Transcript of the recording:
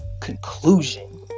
conclusion